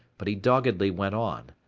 but he doggedly went on.